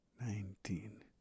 nineteen